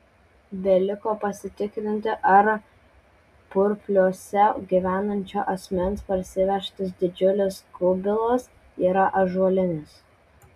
beliko pasitikrinti ar purpliuose gyvenančio asmens parsivežtas didžiulis kubilas yra ąžuolinis